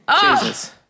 Jesus